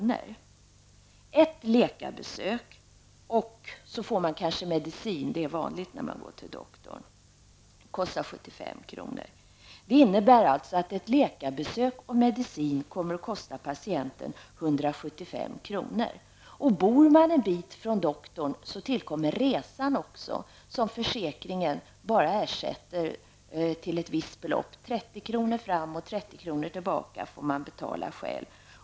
I samband med läkarbesöket får man kanske medicin -- det är vanligt när man går till doktorn -- vilket kostar 75 kr. Det innebär alltså att läkarbesök och medicin kommer att kosta patienten 175 kr. Och bor man en bit från doktorn tillkommer resan, som försäkringen bara ersätter till ett visst belopp; 30 kr. fram och 30 kr. tillbaka får man betala själv.